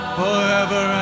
forever